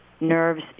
Nerves